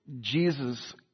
Jesus